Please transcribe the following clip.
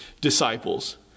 disciples